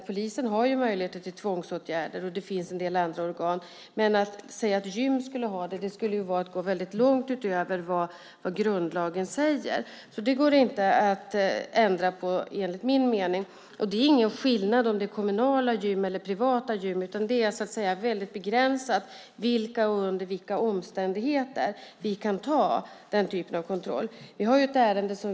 Polisen har ju möjligheter till tvångsåtgärder, och det finns en del andra organ som också har det, men att säga att gym skulle ha det skulle vara att gå väldigt långt utöver vad grundlagen säger. Det går alltså inte att ändra på enligt min mening, och det är ingen skillnad om det är kommunala eller privata gym, utan det är väldigt begränsat vilka som kan göra den här typen av kontroller och under vilka omständigheter de kan göras.